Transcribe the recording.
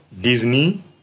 Disney